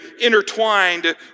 intertwined